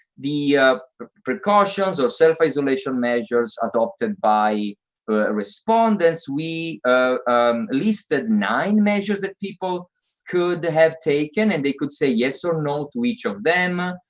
the precautions or self-isolation measures adopted by respondents. we listed nine measures that people could have taken and they could say yes or no to each of them.